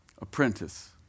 apprentice